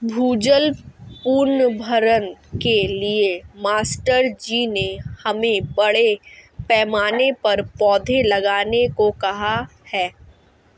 भूजल पुनर्भरण के लिए मास्टर जी ने हमें बड़े पैमाने पर पौधे लगाने को कहा है